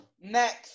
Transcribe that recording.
Next